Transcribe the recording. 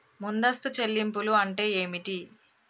ముందస్తు చెల్లింపులు అంటే ఏమిటి?